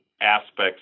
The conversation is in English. aspects